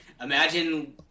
Imagine